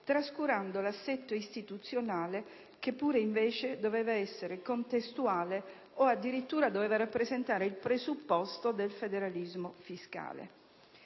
trascurando l'assetto istituzionale, che invece doveva essere contestuale, o addirittura doveva rappresentare il presupposto del federalismo fiscale.